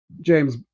James